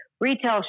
retail